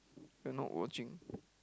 you are not watching